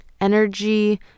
Energy